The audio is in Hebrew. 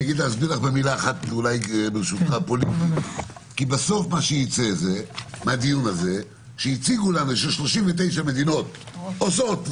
כי בסוף מה שייצא מהדיון הזה שהציגו לנו ש-39 מהמדינות עושות VC,